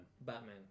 Batman